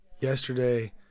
Yesterday